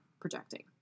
projecting